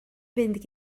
fynd